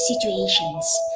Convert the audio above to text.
situations